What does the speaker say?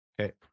Okay